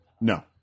No